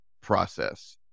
process